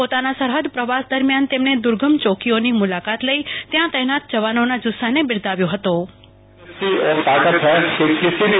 પોતાના સરહદ પ્રવાસ દરમ્યાન તેમને દુર્ગમ ચોકીઓ ની મુલાકાત લઈ ત્યાં તૈનાત જવાનોના જુસ્સાને બિરદાવ્યો હતો બી